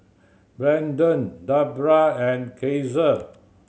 Brandan Debra and Caesar